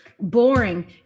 boring